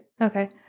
Okay